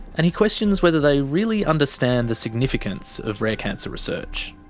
and he questions whether they really understand the significance of rare cancer research.